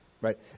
right